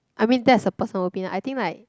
I mean that's a person will be like I think like